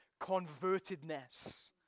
convertedness